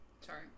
Sorry